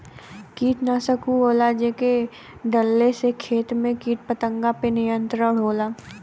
कीटनाशक उ होला जेके डलले से खेत में कीट पतंगा पे नियंत्रण होला